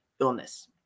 illness